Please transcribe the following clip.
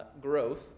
growth